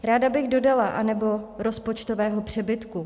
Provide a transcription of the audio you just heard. Ráda bych dodala anebo rozpočtového přebytku.